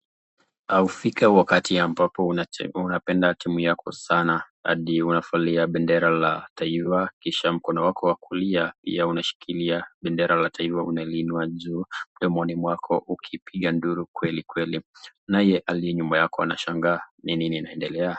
Haufika wakati ambapo unapenda timu yako sana hadi unafualia bendera la taifa kisha mkono wako wa kulia pia unashikilia bendera la taifa unaliinua juu mdomoni mwako ukipiga nduru kweli kweli. Naye aliye nyuma yako anashangaa ni nini inaendelea.